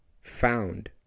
found